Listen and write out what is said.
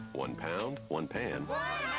one pound, one pan. one